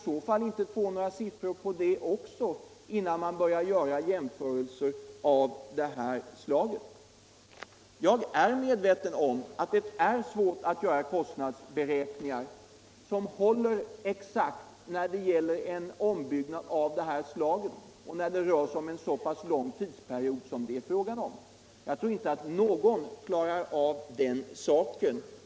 Kan vi inte få någon siffra på det också, innan vi börjar göra Jämförelser av det här slaget? Jag är medveten om att det är svårt att göra kostnadsberäkningar som håller exakt för en sådan ombyggnad som det här är fråga om och när det rör sig om en så pass lång tidsperiod som är fallet. Jag tror inte att någon klarar av den saken.